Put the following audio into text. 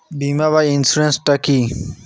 বিমা বা ইন্সুরেন্স টা কি?